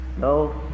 No